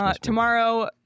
Tomorrow